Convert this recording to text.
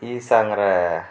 ஈசாங்கிற